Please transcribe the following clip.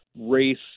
race